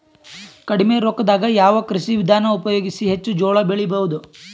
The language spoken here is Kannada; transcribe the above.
ಕಡಿಮಿ ರೊಕ್ಕದಾಗ ಯಾವ ಕೃಷಿ ವಿಧಾನ ಉಪಯೋಗಿಸಿ ಹೆಚ್ಚ ಜೋಳ ಬೆಳಿ ಬಹುದ?